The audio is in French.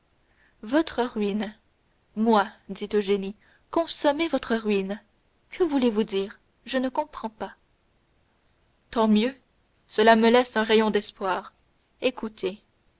votre ruine moi dit eugénie consommer votre ruine que voulez-vous dire je ne comprends pas tant mieux cela me laisse un rayon d'espoir écoutez